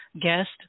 guest